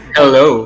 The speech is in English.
Hello